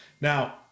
Now